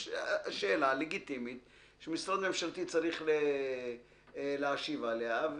יש שאלה לגיטימית שמשרד ממשלתי צריך להשיב עליה.